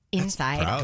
inside